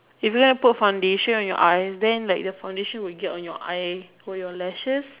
if you gonna put foundation on your eye then like the foundation will get on your eye or your lashes